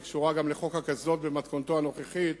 היא קשורה גם לחוק הקסדות במתכונתו הנוכחית